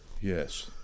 Yes